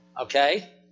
Okay